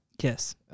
Yes